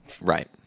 Right